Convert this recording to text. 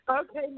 Okay